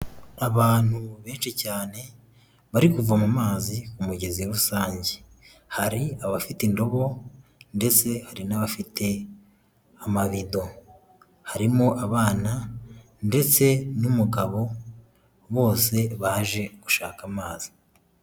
Abantu benshi cyane bari kuvoma amazi ku mugezi rusange hari abafite indobo ndetse hari n'abafite amabido, harimo abana ndetse n'umugabo bose baje gushaka amazi.